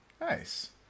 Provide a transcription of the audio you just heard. Nice